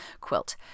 quilt